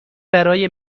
برای